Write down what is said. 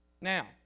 Now